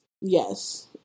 Yes